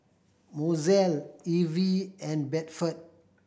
Mozelle Evie and Bedford